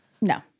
No